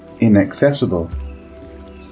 inaccessible